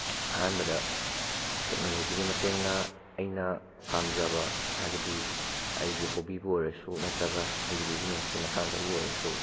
ꯑꯍꯥꯟꯕꯗ ꯇꯦꯛꯅꯣꯂꯣꯖꯤꯒꯤ ꯃꯇꯦꯡꯅ ꯑꯩꯅ ꯄꯥꯝꯖꯕ ꯍꯥꯏꯕꯗꯤ ꯑꯩꯒꯤ ꯍꯣꯕꯤꯕꯨ ꯑꯣꯏꯔꯁꯨ ꯅꯠꯇꯔꯒ ꯑꯩꯒꯤ ꯕꯤꯖꯤꯅꯦꯁꯀꯤ ꯃꯇꯥꯡꯗꯕꯨ ꯑꯣꯏꯔꯁꯨ